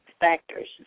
factors